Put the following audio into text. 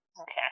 Okay